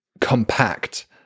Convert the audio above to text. compact